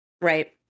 right